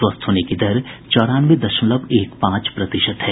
स्वस्थ होने की दर चौरानवे दशमलव एक पांच प्रतिशत है